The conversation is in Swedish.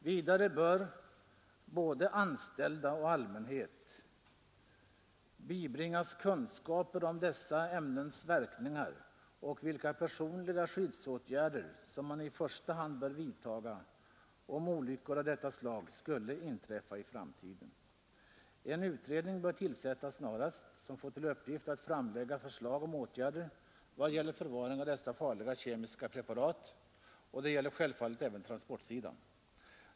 Vidare bör både anställda och allmänhet bibringas kunskaper om dessa ämnens verkningar och vilka personliga skyddsåtgärder som man i första hand bör vidtaga, om olyckor av detta slag skulle inträffa i framtiden. En utredning bör tillsättas snarast som får till uppgift att framlägga förslag om åtgärder i vad gäller förvarande av dessa farliga kemiska preparat; det gäller självfallet även transportsidan.